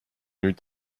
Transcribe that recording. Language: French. eût